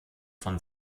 von